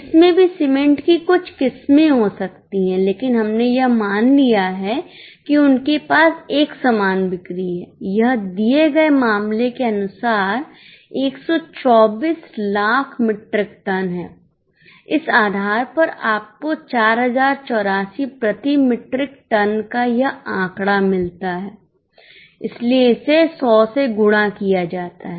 इसमें भी सीमेंट की कुछ किस्में हो सकती हैं लेकिन हमने यह मान लिया है कि उनके पास एक समान बिक्री है यह दिए गए मामले के अनुसार 124 लाख मीट्रिक टन है इस आधार पर आपको 4084 प्रति मीट्रिक टन का यह आंकड़ा मिलता है इसीलिए इसे 100 से गुणा किया जाता है